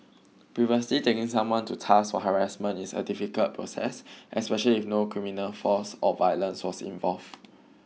previously taking someone to task for harassment is a difficult process especially if no criminal force or violence was involved